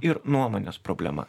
ir nuomonės problema